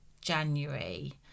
january